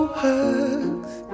hugs